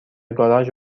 گاراژ